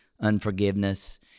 unforgiveness